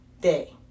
day